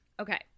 Okay